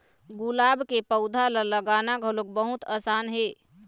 गुलाब के पउधा ल लगाना घलोक बहुत असान हे